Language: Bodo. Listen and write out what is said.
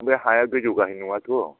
ओमफ्राय हाया गोजौ गाहाय नङा थ'